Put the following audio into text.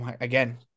again